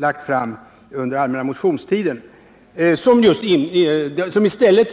lagt fram under den allmänna motionstiden och yrkar således bifall till den.